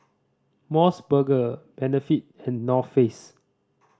Mos Burger Benefit and North Face